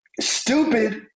stupid